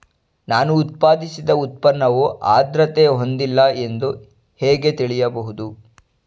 ನಾನು ಉತ್ಪಾದಿಸಿದ ಉತ್ಪನ್ನವು ಆದ್ರತೆ ಹೊಂದಿಲ್ಲ ಎಂದು ಹೇಗೆ ತಿಳಿಯಬಹುದು?